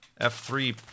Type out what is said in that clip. F3